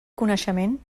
coneixement